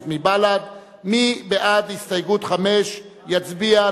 מי בעד הסתייגות 5, יצביע.